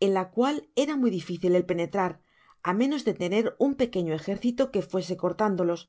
en la cual era muy dificil el penetrar á menos de tener un pequeño ejército que fuese cortándolos